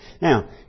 Now